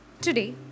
Today